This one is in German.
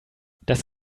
das